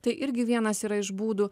tai irgi vienas yra iš būdų